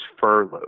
furloughed